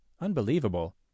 Unbelievable